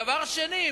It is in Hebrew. דבר שני,